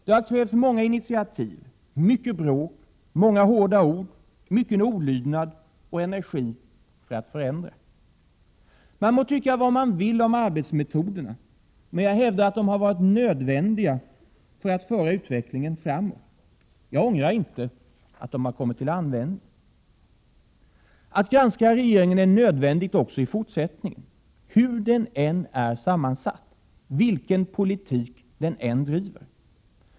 Det har krävts många initiativ, mycket bråk, många hårda ord, mycken olydnad och energi för att förändra. Man må tycka vad man vill om arbetsmetoderna, men jag hävdar att de har varit nödvändiga för att föra utvecklingen framåt. Jag ångrar inte att de kommit till användning. Att granska regeringen är nödvändigt också i fortsättningen, hur den än är sammansatt, vilken politik den än driver.